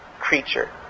creature